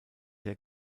der